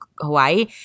Hawaii